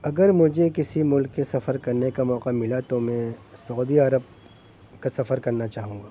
اگر مجھے کسی ملک کے سفر کرنے کا موقع ملا تو میں سعودی عرب کا سفر کرنا چاہوں گا